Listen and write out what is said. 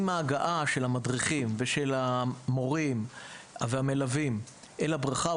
עם ההגעה של המדריכים ושל המורים והמלווים אל הבריכה,